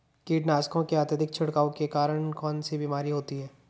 कीटनाशकों के अत्यधिक छिड़काव के कारण कौन सी बीमारी होती है?